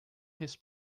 his